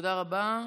תודה רבה.